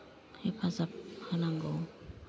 हेफाजाब होनांगौ